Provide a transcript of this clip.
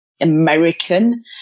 American